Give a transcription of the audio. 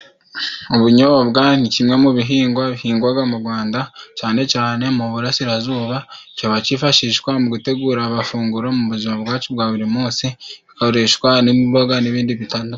Ubunyobwa ni kimwe mu bihingwa bihingwaga mu Gwanda, cyane cyane mu Burasirazuba. Kiba kifashishwa mu gutegura amafunguro, mu buzima bwacu bwa buri musi, bikoreshwa n'imboga, n'ibindi bitandukanye.